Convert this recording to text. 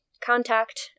contact